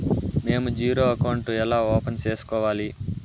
మేము zero account ఎలా open సేసుకోవాలి